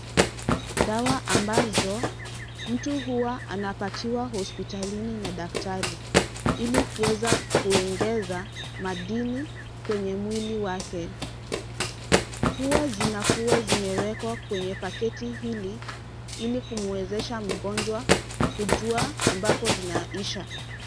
Dawa ambazo mtu huwa anapatiwa hospitalini na daktari ili kuweza kuongeza madini kwenye mwili wake. Huwa zinakuwa zimewekwa kwenye paketi hili ili kumwezesha mgonjwa kujua ambapo zinaisha.